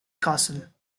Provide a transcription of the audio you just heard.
castle